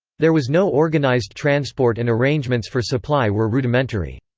there was no organised transport and arrangements for supply were rudimentary.